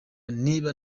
niba